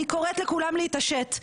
אני קוראת לכולם להתעשת.